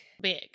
big